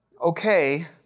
okay